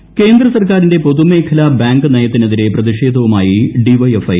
bank നയം കേന്ദ്ര സർക്കാരിന്റെ പൊതുമേഖലാ ബാങ്ക് നയത്തിനെതിരെ പ്രതിഷേധവുമായി ഡി വൈ എഫ് ഐ